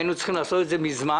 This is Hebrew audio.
היינו צריכים לעשות את זה מזמן,